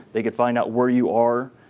they could find out where you are